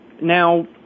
Now